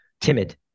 timid